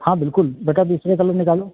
हाँ बिल्कुल बेटा दूसरे कलर निकालो